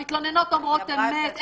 המתלוננות אומרות אמת.